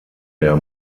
der